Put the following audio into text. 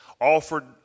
offered